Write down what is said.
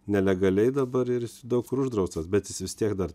nelegaliai dabar ir daug kur uždraustas bet jis vis tiek dar